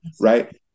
right